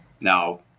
Now